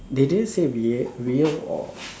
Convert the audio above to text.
they didn't say rea~ real or